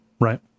right